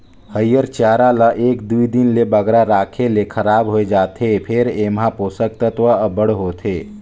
हयिर चारा ल एक दुई दिन ले बगरा राखे ले खराब होए जाथे फेर एम्हां पोसक तत्व अब्बड़ होथे